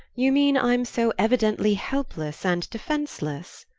you mean i'm so evidently helpless and defenceless?